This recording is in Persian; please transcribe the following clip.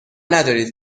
ندارید